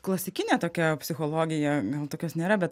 klasikinė tokia psichologija gal tokios nėra bet